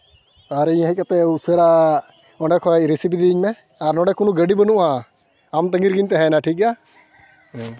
ᱟᱨ ᱤᱧ ᱦᱮᱡ ᱠᱟᱛᱮᱫ ᱩᱥᱟᱹᱨᱟ ᱚᱸᱰᱮ ᱠᱷᱚᱡ ᱨᱤᱥᱤᱵᱷ ᱤᱫᱤᱧ ᱢᱮ ᱟᱨ ᱱᱚᱸᱰᱮ ᱠᱳᱱᱳ ᱜᱟᱹᱰᱤ ᱵᱟᱹᱱᱩᱜᱼᱟ ᱟᱢ ᱛᱟᱺᱜᱤ ᱨᱮᱜᱤᱧ ᱛᱟᱭᱮᱭᱮᱱᱟ ᱴᱷᱤᱠ ᱜᱮᱭᱟ